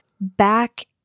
back